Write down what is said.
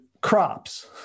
crops